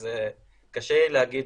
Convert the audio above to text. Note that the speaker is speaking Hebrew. אז קשה יהיה להגיד,